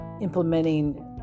implementing